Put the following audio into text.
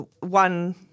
One